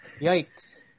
yikes